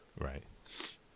right